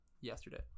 yesterday